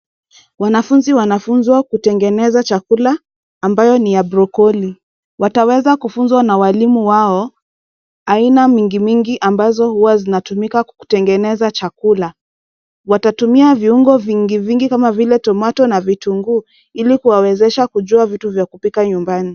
Wanafunzi wanafunzwa kutengeneza chakula ambayo ni ya broccoli . Wataweza kufunzwa na mwalimu wao aina mingi mingi ambazo huwa zinatumika kutengeneza chakula. Watatumia viungo vingi vingi kama vile tomato na vitunguu ili kuwawezesha kujua vitu vya kupika nyumbani.